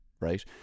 right